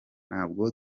ntabwo